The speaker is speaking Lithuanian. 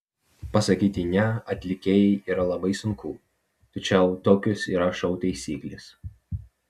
pasakyti ne atlikėjai yra labai sunku tačiau tokios yra šou taisyklės